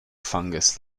fungus